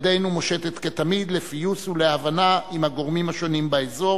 ידנו מושטת כתמיד לפיוס ולהבנה עם הגורמים השונים באזור,